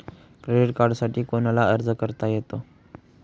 Credit कार्डसाठी कोणाला अर्ज करता येतो?